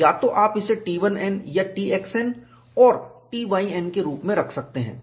या तो आप इसे T1n या TXn और TYn के रूप में रख सकते हैं